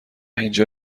اینجا